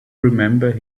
remember